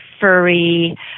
furry